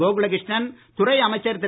கோகுல கிருஷ்ணன் துறை அமைச்சர் திரு